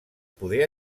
poder